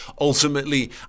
ultimately